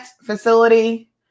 facility